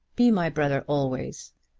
be my brother always.